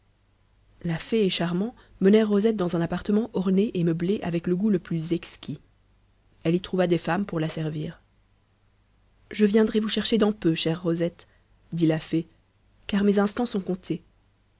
la fée et charmant menèrent rosette dans un appartement orné et meublé avec le goût le plus exquis elle y trouva des femmes pour la servir je viendrai vous chercher dans peu chère rosette dit la fée car mes instants sont comptés